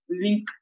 link